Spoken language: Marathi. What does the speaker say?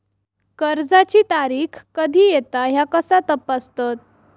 कर्जाची तारीख कधी येता ह्या कसा तपासतत?